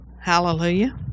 Hallelujah